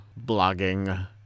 blogging